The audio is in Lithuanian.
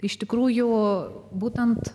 iš tikrųjų būtent